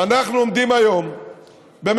ואנחנו עומדים היום במציאות